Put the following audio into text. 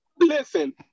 Listen